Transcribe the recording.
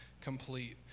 complete